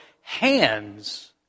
hands